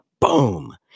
boom